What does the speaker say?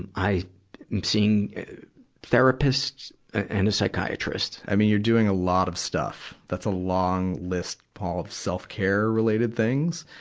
and i am seeing therapists and a psychiatrist dr. i mean, you're doing a lot of stuff. that's a long list, paul, of self-care-related things.